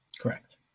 Correct